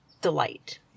delight